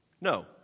No